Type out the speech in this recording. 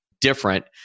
different